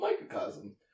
microcosm